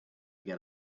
get